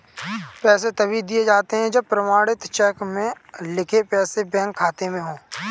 पैसे तभी दिए जाते है जब प्रमाणित चेक में लिखे पैसे बैंक खाते में हो